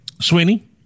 Sweeney